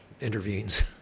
intervenes